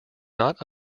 not